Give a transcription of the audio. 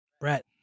Brett